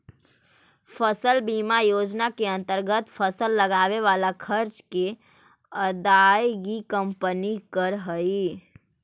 फसल बीमा योजना के अंतर्गत फसल लगावे वाला खर्च के अदायगी कंपनी करऽ हई